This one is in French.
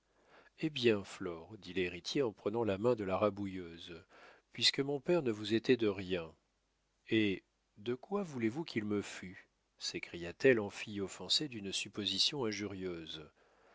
eh bien flore dit l'héritier en prenant la main de la rabouilleuse puisque mon père ne vous était de rien et de quoi voulez-vous qu'il me fût s'écria-t-elle en fille offensée d'une supposition injurieuse